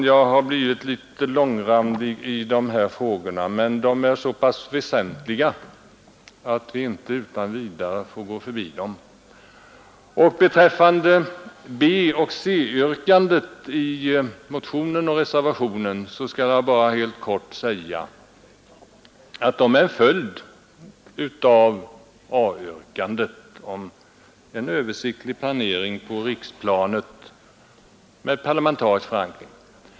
Jag har blivit litet långrandig, men dessa frågor är så väsentliga att vi inte utan vidare får gå förbi dem. Beträffande B och C-yrkandena i motionen och reservationen vill jag helt kort säga att de är en följd av A-yrkandet om en översiktlig planering på riksplanet med parlamentarisk förankring.